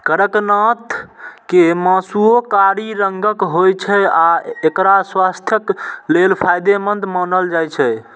कड़कनाथ के मासुओ कारी रंगक होइ छै आ एकरा स्वास्थ्यक लेल फायदेमंद मानल जाइ छै